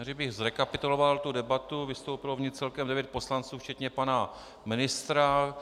Kdybych zrekapituloval tu debatu, vystoupilo v ní celkem 9 poslanců včetně pana ministra.